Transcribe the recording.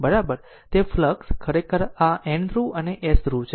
તેથી ફ્લક્ષ ખરેખર આ N ધ્રુવ અને S ધ્રુવ છે